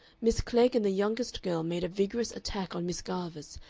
miss klegg and the youngest girl made a vigorous attack on miss garvice,